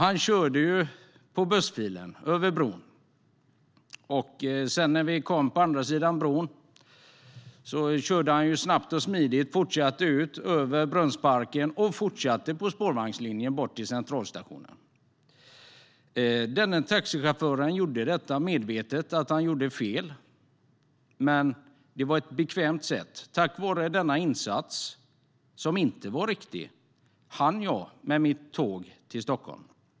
Han körde i bussfilen över bron. När vi kom över på andra sidan bron körde chauffören snabbt och smidigt över Brunnsparken och fortsatte på spårvagnslinjen bort till Centralstation. Taxichauffören var medveten om att han gjorde fel, men det var ett bekvämt sätt. Tack vare denna insats, som inte var riktig, hann jag med mitt tåg till Stockholm.